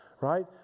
right